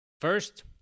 First